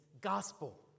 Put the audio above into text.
gospel